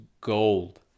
gold